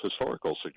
historical